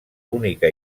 única